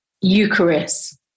Eucharist